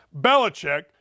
Belichick